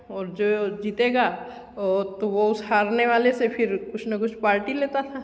जो जीतेगा तो वो उस हारने वाले से कुछ ना कुछ पार्टी लेगा